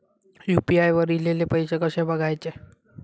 UPI वर ईलेले पैसे कसे बघायचे?